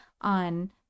on